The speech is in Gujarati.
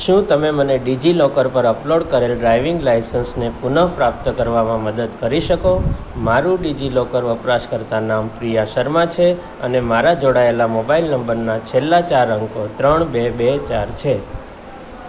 શું તમે મને ડિજિલોકર પર અપલોડ કરેલ ડ્રાઇવિંગ લાયસન્સને પુનઃપ્રાપ્ત કરવામાં મદદ કરી શકો મારું ડિજિલોકર વપરાશકર્તા નામ પ્રિયા શર્મા છે અને મારા જોડાયેલા મોબાઇલ નંબરના છેલ્લા ચાર અંકો ત્રણ બે બે ચાર છે